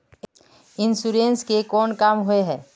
Insurance के कोन काम होय है?